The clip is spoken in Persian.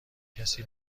کسی